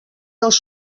dels